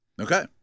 Okay